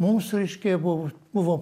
mums reiškia ji buvo buvo